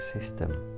system